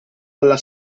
alla